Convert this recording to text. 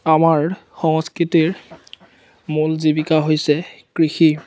আমাৰ সংস্কৃতিৰ মূল জীৱিকা হৈছে কৃষি